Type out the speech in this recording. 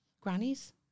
Grannies